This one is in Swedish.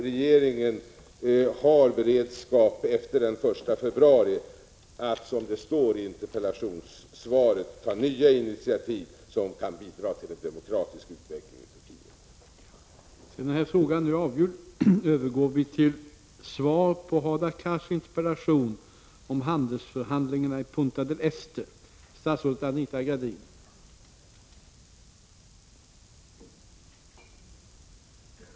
Vill handelsministern redogöra för innebörden av de träffade överenskommelserna i Punta del Este, om tid och ram för de förestående förhandlingarna och vilka mål den svenska regeringen i första hand vill söka uppnå i dessa förhandlingar?